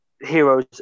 heroes